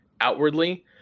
outwardly